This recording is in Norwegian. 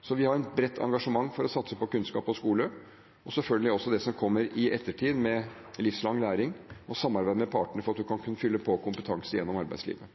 Så vi har et bredt engasjement for å satse på kunnskap og skole – og selvfølgelig også det som kommer i ettertid, med livslang læring og samarbeid med partene for at man kan fylle på kompetanse gjennom arbeidslivet.